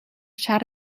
шар